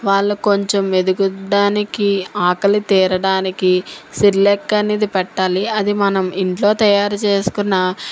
వాళ్ళు కొంచం ఎదుగడానికి ఆకలి తీరడానికి సెరిల్యాక్ అనేది పెట్టాలి అది మనం ఇంట్లో తయారుచేసుకున్న